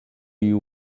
you